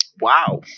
Wow